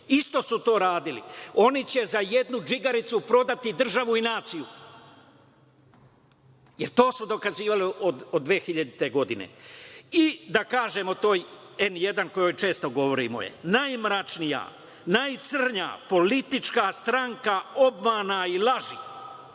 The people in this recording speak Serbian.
Isto su to radili. Oni će za jednu džigericu prodati državu i naciju, jer to su dokazivali od 2000. godine.I da kažemo toj N1, o kojoj često govorimo. Najmračnija, najcrnja politička stranka obmana i laži